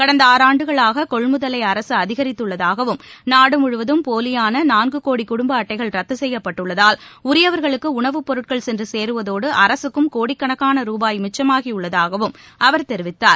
கடந்தஆறாண்டுகளாககொள்முதலைஅரசுஅதிகரித்துள்ளதாகவும் நாடுமுவதும் போலியானநான்குகோடிகுடும்பஅட்டைகள் ரத்துசெய்யப்பட்டுள்ளதால் உரியவர்களுக்குஉணவுப்பொருட்கள் சென்றுசேருவதோடுஅரசுக்கும் கோடிகணக்கான ரூபாய் மிச்சமாகிஉள்ளதாகவும் அவர் தெரிவித்தார்